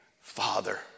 father